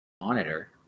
monitor